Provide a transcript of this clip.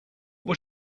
was